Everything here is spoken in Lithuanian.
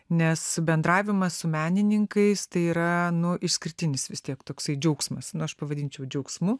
nes bendravimas su menininkais tai yra nu išskirtinis vis tiek toksai džiaugsmas aš pavadinčiau džiaugsmu